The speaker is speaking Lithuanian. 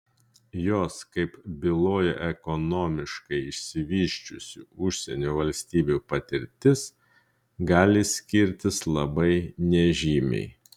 jos kaip byloja ekonomiškai išsivysčiusių užsienio valstybių patirtis gali skirtis labai nežymiai